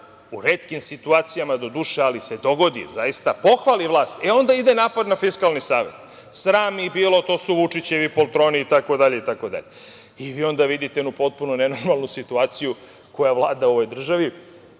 u retkim situacijama do duše, ali se dogodi zaista, pohvali vlast, onda ide napad na Fiskalni savet. Sram ih bilo, to su Vučićevi poltroni itd. Vi onda vidite jednu potpuno nenormalnu situaciju koja vlada u ovoj državi,